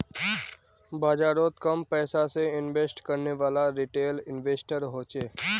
बाजारोत कम पैसा से इन्वेस्ट करनेवाला रिटेल इन्वेस्टर होछे